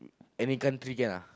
any country can ah